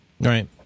Right